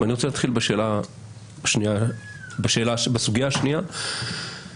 אני רוצה להתחיל בסוגיה השנייה שלפחות